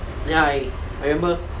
ya I remember